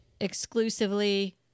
exclusively